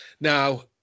Now